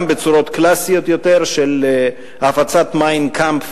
גם בצורות קלאסיות יותר של הפצת "מיין קאמפף"